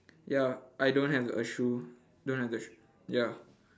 ya I don't have a shoe don't have the sh~ ya